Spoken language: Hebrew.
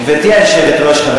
גברתי היושבת-ראש,